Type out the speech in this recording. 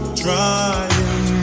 trying